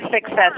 success